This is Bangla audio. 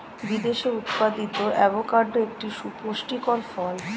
বিদেশে উৎপাদিত অ্যাভোকাডো একটি সুপুষ্টিকর ফল